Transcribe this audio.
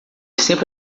sempre